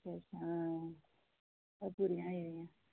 अच्छा अच्छा ओह् पूरियां होई गेइयां